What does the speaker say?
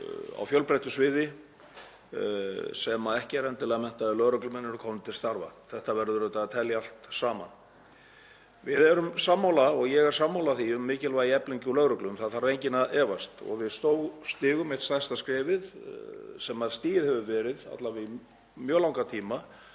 á fjölbreyttu sviði sem ekki eru endilega menntaðir lögreglumenn er kominn til starfa. Þetta verður auðvitað að telja allt saman. Við erum sammála og ég er sammála um mikilvægi þess að efla lögregluna, um það þarf enginn að efast. Við stigum eitt stærsta skrefið sem stigið hefur verið, alla vega í mjög langan tíma,